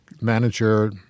manager